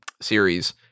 series